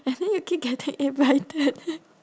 and then you keep getting invited